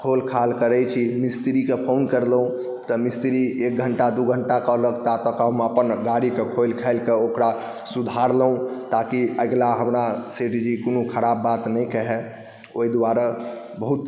खोल खाल करैत छी मिस्त्रीके फोन कयलहुँ तऽ मिस्त्री एक घण्टा दू घण्टा कहलक ता तक हम अपन गाड़ीक खोलि खालि कऽ ओकरा सुधारलहुँ ताकि अगला हमरा सेठजी कोनो खराब बात नहि कहए ओहि दुआरे बहुत